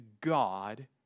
God